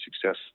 success